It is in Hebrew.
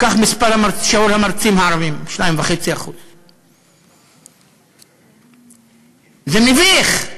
כך מספר המרצים הערבים, 2.5%. זה מביך.